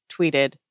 tweeted